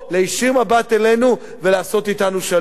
להישיר מבט אלינו ולעשות אתנו שלום,